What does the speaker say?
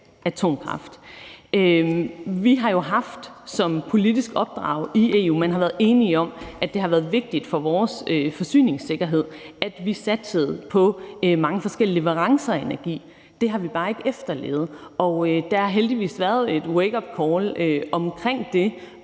atomkraft. Vi har jo haft som politisk opdrag i EU, og man har været enige om, at det har været vigtigt for vores forsyningssikkerhed, at vi satsede på mange forskellige leverancer af energi. Det har vi bare ikke efterlevet. Der har heldigvis været et wakeupcall i